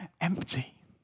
empty